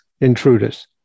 intruders